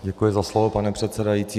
Děkuji za slovo, pane předsedající.